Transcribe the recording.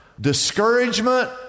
discouragement